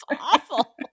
awful